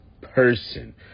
person